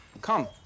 come